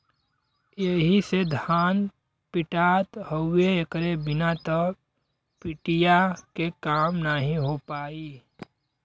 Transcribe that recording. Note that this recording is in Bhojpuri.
एही से धान पिटात हउवे एकरे बिना त पिटिया के काम नाहीं हो पाई